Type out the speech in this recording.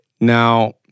Now